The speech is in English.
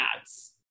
ads